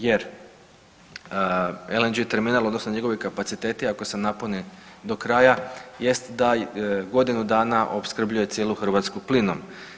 Jer LNG terminal odnosno njegovi kapaciteti ako se napune do kraja jest da godinu dana opskrbljuje cijelu Hrvatsku plinom.